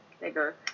bigger